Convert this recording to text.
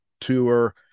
tour